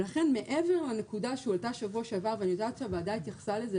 ולכן מעבר לנקודה שהועלתה בשבוע שעבר ואני יודעת שהוועדה התייחסה לזה,